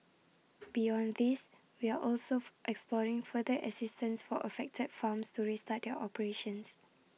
beyond these we are also exploring further assistance for affected farms to restart their operations